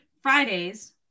Fridays